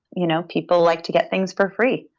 you know people like to get things for free,